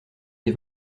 des